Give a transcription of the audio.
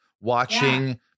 watching